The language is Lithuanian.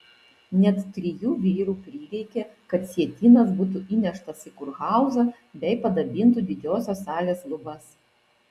net trijų vyrų prireikė kad sietynas būtų įneštas į kurhauzą bei padabintų didžiosios salės lubas